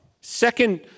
Second